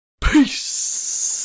peace